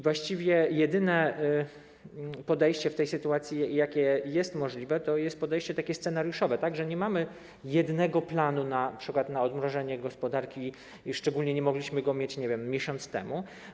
Właściwie jedyne podejście w tej sytuacji, jakie jest możliwe, to podejście scenariuszowe, z założeniem, że nie mamy jednego planu np. na odmrożenie gospodarki, a szczególnie nie mogliśmy go mieć, nie wiem, miesiąc temu.